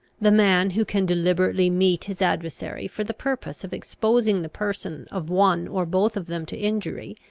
the man who can deliberately meet his adversary for the purpose of exposing the person of one or both of them to injury,